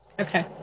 Okay